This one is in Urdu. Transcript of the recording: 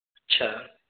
اچھا